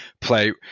play